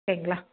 சரிங்களா